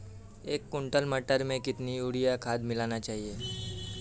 एक कुंटल मटर में कितना यूरिया खाद मिलाना चाहिए?